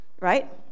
Right